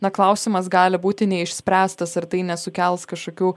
na klausimas gali būti neišspręstas ar tai nesukels kažkokių